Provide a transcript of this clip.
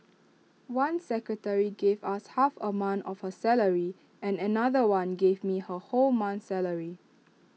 one secretary gave us half A month of her salary and another one gave me her whole month's salary